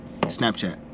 snapchat